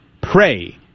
pray